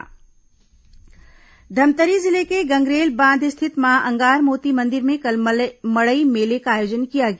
अंगार मोती मड़ई धमतरी जिले के गंगरेल बांध स्थित मां अंगोर मोती मंदिर में कल मड़ई मेले का आयोजन किया गया